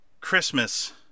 christmas